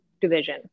Division